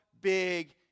big